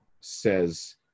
says